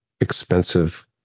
expensive